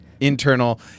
internal